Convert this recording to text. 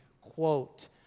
quote